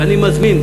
ואני מזמין,